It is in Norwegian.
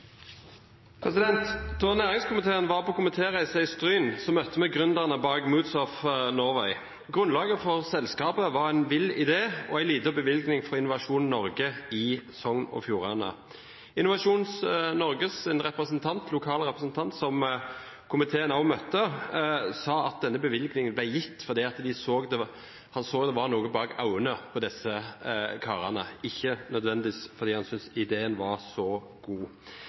Da næringskomiteen var på komitéreise i Stryn, møtte vi gründerne bak Moods of Norway. Grunnlaget for selskapet var en vill idé og en liten bevilgning fra Innovasjon Norge i Sogn og Fjordane. Innovasjon Norges lokale representant, som komiteen også møtte, sa at denne bevilgningen ble gitt fordi han så at det var noe bak øynene på disse karene, ikke nødvendigvis fordi han syntes ideen var så god.